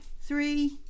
three